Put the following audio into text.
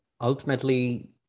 ultimately